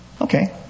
Okay